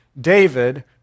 David